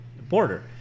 border